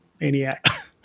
maniac